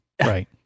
Right